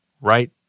Right